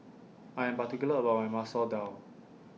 I Am particular about My Masoor Dal